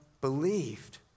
believed